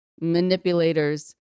manipulators